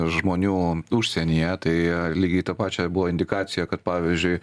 žmonių užsienyje tai lygiai tą pačią buvo indikacija kad pavyzdžiui